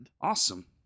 Awesome